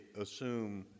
assume